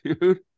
dude